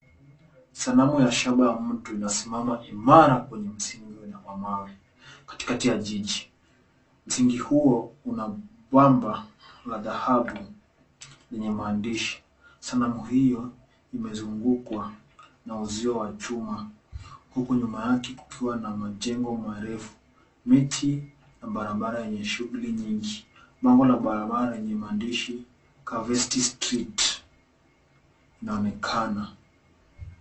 Sanamu ya shaba ya mtu inasimama imara kwenye msingi wenye mawe. Katikati ya jiji, msingi huo una bango la dhahabu lenye maandishi. Sanamu hii imezungukwa na uzio wa chuma. Nyuma yake kuna majengo ya kisasa. Miti na barabara zenye magari mengi zinazunguka eneo hili